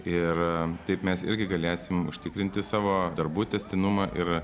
ir taip mes irgi galėsim užtikrinti savo darbų tęstinumą ir